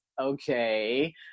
okay